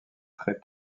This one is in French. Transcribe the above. très